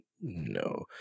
no